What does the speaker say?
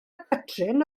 catrin